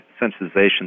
sensitization